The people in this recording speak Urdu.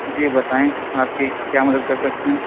جی بتائیں آپ کی کیا مدد کر سکتے ہیں